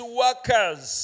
workers